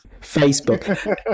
facebook